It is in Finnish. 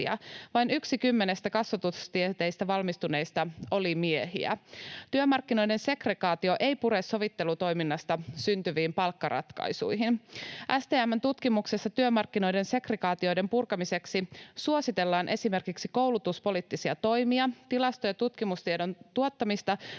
Vain yksi kymmenestä kasvatustieteistä valmistuneista oli miehiä. Työmarkkinoiden segregaatio ei pure sovittelutoiminnasta syntyviin palkkaratkaisuihin. STM:n tutkimuksessa työmarkkinoiden segregaatioiden purkamiseksi suositellaan esimerkiksi koulutuspoliittisia toimia, tilasto- ja tutkimustiedon tuottamista